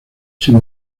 sin